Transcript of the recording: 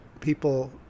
people